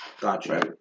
gotcha